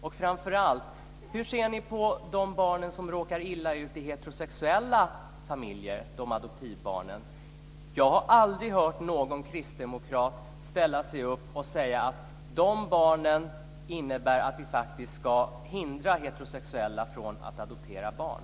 Och framför allt: Hur ser ni på de adoptivbarn som råkar illa ut i heterosexuella familjer? Jag har aldrig hört någon kristdemokrat ställa sig upp och säga att förhållandena för dessa barn innebär att vi ska hindra heterosexuella från att adoptera barn.